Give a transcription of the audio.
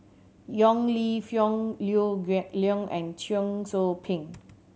Yong Lew Foong Liew Geok Leong and Cheong Soo Pieng